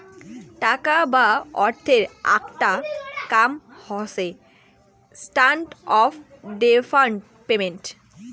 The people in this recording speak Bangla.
টাকা বা অর্থের আকটা কাম হসে স্ট্যান্ডার্ড অফ ডেফার্ড পেমেন্ট